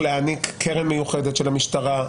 אי אפשר להעמיד לדין על הסעיף הזה?